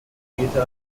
vertreter